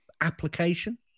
application